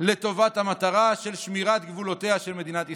לטובת המטרה של שמירת גבולותיה של מדינת ישראל.